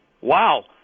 Wow